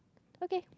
okay